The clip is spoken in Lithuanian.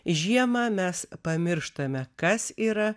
žiemą mes pamirštame kas yra